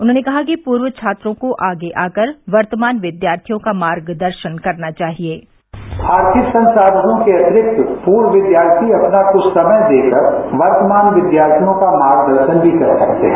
उन्होंने कहा कि पूर्व छात्रों को आगे आकर वर्तमान विद्यार्थियों का मार्गदर्शन करना चाहिए आर्थिक संसाधनों के अतिरिक्त पूर्व विद्यार्थी अपना कुछ समय देकर वर्तमान विद्यार्थियों का मार्ग दर्शन भी कर सकते हैं